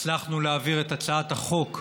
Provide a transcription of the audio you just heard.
הצלחנו להעביר את הצעת החוק.